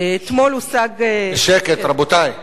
שקט, רבותי.